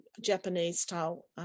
Japanese-style